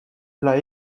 plat